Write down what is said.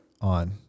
on